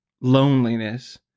loneliness